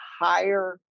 higher